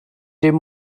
dim